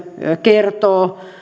kertoo